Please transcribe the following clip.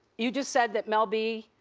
you just said that mel b.